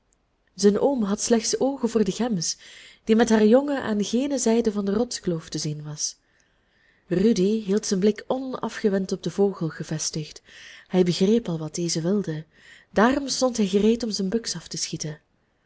zijn oom had slechts oogen voor de gems die met haar jongen aan gene zijde van de rotskloof te zien was rudy hield zijn blik onafgewend op den vogel gevestigd hij begreep al wat deze wilde daarom stond hij gereed om zijn buks af te schieten